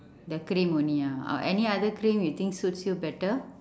the cream only ah oh any other cream you think suits you better